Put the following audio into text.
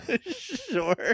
Sure